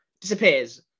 disappears